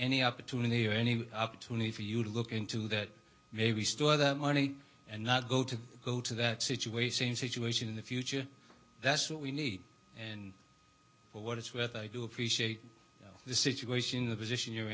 y opportunity or any opportunity for you to look into that maybe store that money and not go to go to that situation situation in the future that's what we need and for what it's worth i do appreciate the situation the position you